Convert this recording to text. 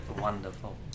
Wonderful